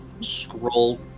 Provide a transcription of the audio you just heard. scroll